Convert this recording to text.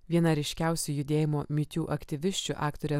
viena ryškiausių judėjimo me too aktyvisčių aktorė